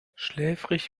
schläfrig